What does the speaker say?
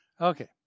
okay